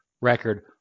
record